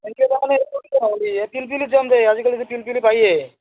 এনেকৈ যাৱনে এ পিলপিলিত যাম দে আজিকালিটো পিলপিলি পাইয়ে